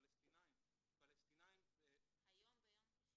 פלשתינאים -- היום ביום קשה